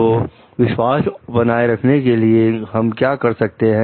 तो विश्वास को बनाए रखने के लिए हम क्या कर सकते हैं